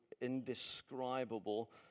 indescribable